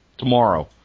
Tomorrow